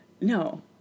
No